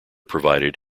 provided